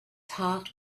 heart